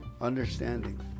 understanding